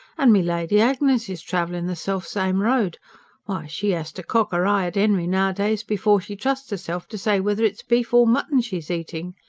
and milady agnes is travelling the selfsame road why, she as to cock er eye at henry nowadays before she trusts erself to say whether it's beef or mutton she's eating!